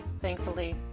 thankfully